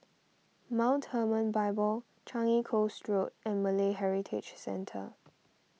Mount Hermon Bible Changi Coast Road and Malay Heritage Centre